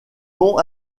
nom